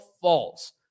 false